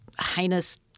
heinous